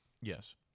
yes